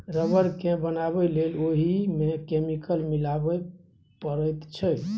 rubber केँ बनाबै लेल ओहि मे केमिकल मिलाबे परैत छै